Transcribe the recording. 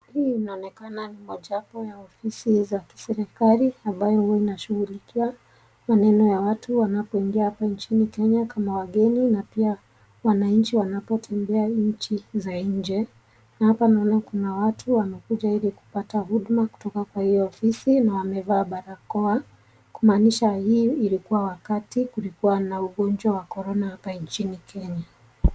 Hii inaonekana ni mojawapo ya ofisi za kiserikali ambayo huwa inashughulikia maneno ya watu wanapoingia nchini Kenya kama wageni na pia wananchi wanapotembea nchi za nje. Hapa naona kuna watu wamekuja ili kupata huduma kutoka kwa hii ofisi, na wamevaa barakoa, kumaanisha hii ilikuwa wakati kulikuwa na ugonjwa wa Corona hapa nchini Kenya.